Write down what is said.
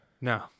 no